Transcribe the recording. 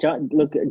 look